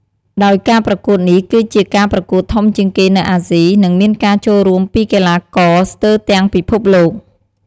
ដោយការប្រកួតនេះ គឺជាការប្រកួតធំជាងគេនៅអាស៊ី និងមានការចូលរួមពីកីឡាករស្ទើរទាំងពិភពលោក។